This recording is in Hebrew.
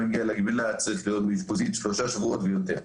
מי שמגיע לגמילה צריך להיות באשפוזית שלושה שבועות ויותר.